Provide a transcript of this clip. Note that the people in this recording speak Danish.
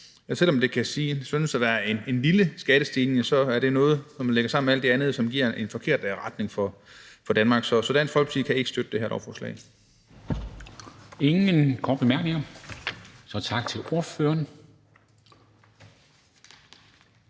Selv om det kan synes at være en lille skattestigning, er det noget, som, når man lægger det sammen med alt det andet, giver en forkert retning for Danmark. Så Dansk Folkeparti kan ikke støtte det her lovforslag. Kl. 11:07 Formanden (Henrik Dam Kristensen):